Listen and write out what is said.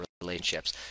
relationships